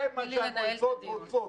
זה מה שהמועצות רוצות.